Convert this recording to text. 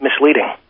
misleading